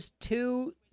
two